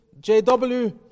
JW